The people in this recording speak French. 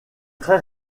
très